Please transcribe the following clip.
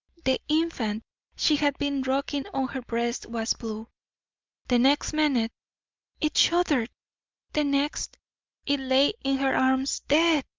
the infant she had been rocking on her breast was blue the next minute it shuddered the next it lay in her arms dead!